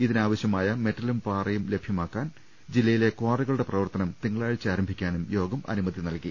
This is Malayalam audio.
ഇതിനാവശ്യമായ മെറ്റലും പാറയും ലഭ്യമാക്കാൻ ജില്ലയിലെ കാറികളുടെ പ്രവർത്തനം തിങ്കളാഴ്ച ആരംഭിക്കാനും യോഗം അനുമതി നൽകി